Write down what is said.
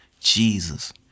Jesus